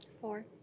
Four